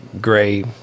Gray